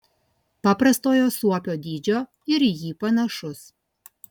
paprastojo suopio dydžio ir į jį panašus